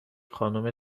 خانم